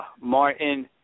Martin